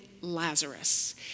Lazarus